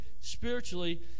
spiritually